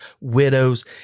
widows